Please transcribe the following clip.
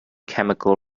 chemical